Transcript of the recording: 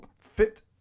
fit